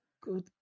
Good